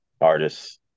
artists